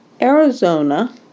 Arizona